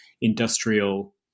industrial